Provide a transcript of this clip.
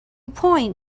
point